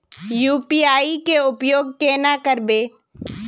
UPI के उपयोग केना करबे?